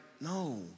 no